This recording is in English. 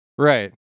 Right